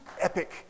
epic